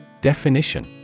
Definition